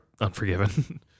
Unforgiven